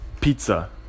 pizza